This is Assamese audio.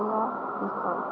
বেয়া বিষয়